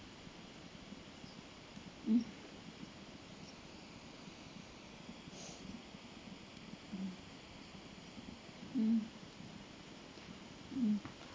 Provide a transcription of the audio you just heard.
mm mm mm